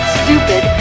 stupid